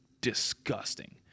disgusting